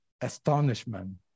astonishment